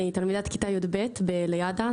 אני תלמידת כיתה י"ב בליד"ה,